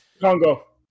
Congo